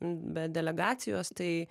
be delegacijos tai